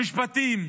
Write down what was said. המשפטים.